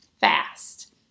fast